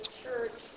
church